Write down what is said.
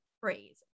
phrase